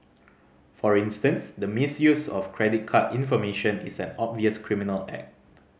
for instance the misuse of credit card information is an obvious criminal act